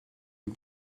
een